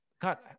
Cut